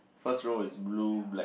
first row is blue black